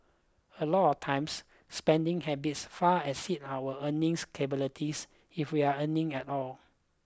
a lot of times spending habits far exceed our earnings capabilities if we're earning at all